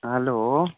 hello